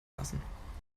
lassen